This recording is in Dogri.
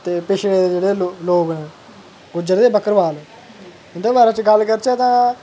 ते पिछड़े दे जेह्ड़े लोक न गुज्जर ते बक्करवाल उं'दे बारै च गल्ल करचै ते